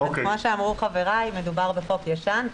כמו שאמרו חבריי, מדובר בחוק ישן.